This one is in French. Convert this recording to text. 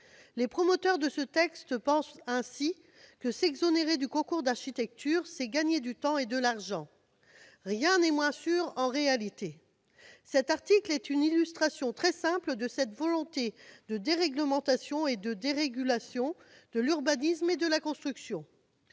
Ses promoteurs pensent ainsi que s'exonérer des concours d'architecture, c'est gagner du temps et de l'argent. Rien n'est moins sûr, en réalité. Cet article est une illustration très simple de cette volonté de déréglementation et de dérégulation de l'urbanisme et de la construction.